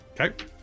Okay